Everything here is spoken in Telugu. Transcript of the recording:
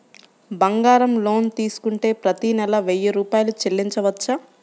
బంగారం లోన్ తీసుకుంటే ప్రతి నెల వెయ్యి రూపాయలు చెల్లించవచ్చా?